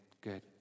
Good